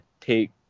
take